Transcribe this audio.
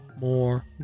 more